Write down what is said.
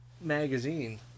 magazine